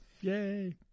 Yay